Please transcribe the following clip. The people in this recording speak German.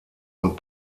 und